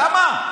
למה?